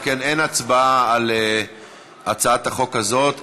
אם כן, אין הצבעה על הצעת החוק הזאת.